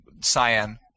cyan